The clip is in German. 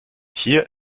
hier